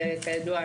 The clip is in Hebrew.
וכידוע,